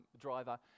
driver